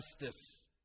justice